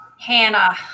Hannah